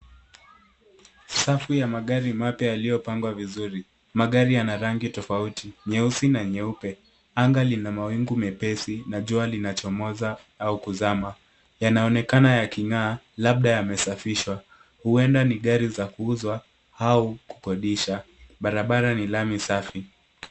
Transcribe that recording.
Safu ya magari mapya yaliyopangwa vizuri, magari yana rangi tofauti, nyeusi na meupe. Anga lina mawingu mepesi na jua linachomoza au kuzama, yanaonekana yakingaa labda yamesafishwa. Huenda ni gari za kuuzwa au kukodisha, barabara ni lami safi.